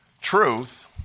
truth